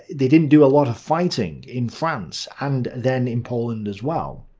they didn't do a lot of fighting in france, and then in poland as well.